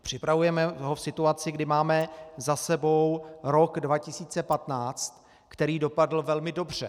Připravujeme ho v situaci, kdy máme za sebou rok 2015, který dopadl velmi dobře.